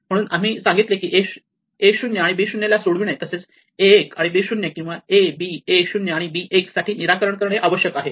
म्हणून आम्ही सांगितले की a 0 आणि b 0 ला सोडविणे तसेच a 1 आणि b 0 किंवा a b a 0 आणि b 1 साठी निराकरण करणे आवश्यक आहे